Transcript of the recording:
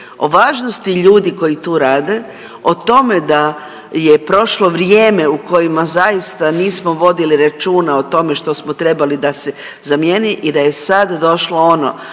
o važnosti ljudi koji tu rade, o tome da je prošlo vrijeme u kojima zaista nismo vodili računa o tome što smo trebali da se zamijeni i da je sad došlo ono,